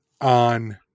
on